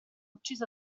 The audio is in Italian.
ucciso